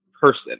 person